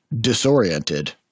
disoriented